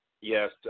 yes